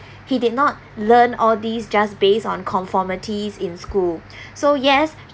he did not learn all these just based on conformities in school so yes